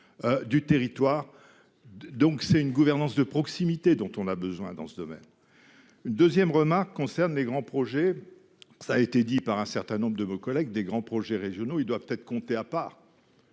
Du territoire. Donc, c'est une gouvernance de proximité dont on a besoin dans ce domaine. 2ème remarque concerne les grands projets. Ça a été dit par un certain nombre de vos collègues des grands projets régionaux, ils doivent être comptés à part.